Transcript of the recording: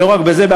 לא רק בזה,